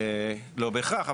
לא בהכרח,